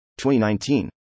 2019